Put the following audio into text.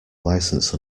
licence